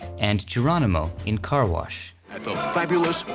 and geronimo in car wash. at the fabulous,